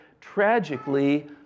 tragically